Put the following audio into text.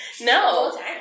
No